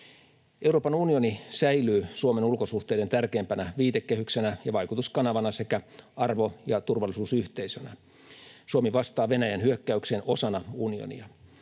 Euroopan unioni säilyy Suomen ulkosuhteiden tärkeimpänä viitekehyksenä ja vaikutuskanavana sekä arvo- ja turvallisuusyhteisönä. Suomi vastaa Venäjän hyökkäykseen osana unionia.